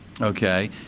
okay